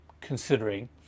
considering